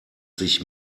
sich